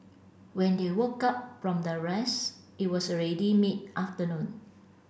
when they woke up from their rest it was already mid afternoon